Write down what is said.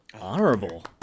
Honorable